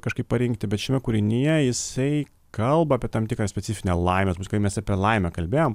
kažkaip parinkti bet šiame kūrinyje jisai kalba apie tam tikrą specifinę laimę kai mes apie laimę kalbėjom